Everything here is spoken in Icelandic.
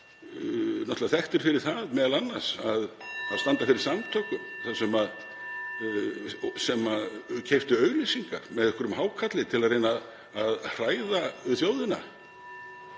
þekktir fyrir það m.a. að standa fyrir samtökum sem keyptu auglýsingar með einhverjum hákarli til að reyna að hræða þjóðina